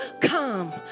come